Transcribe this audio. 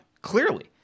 Clearly